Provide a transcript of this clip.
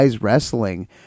Wrestling